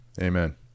Amen